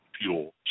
fuel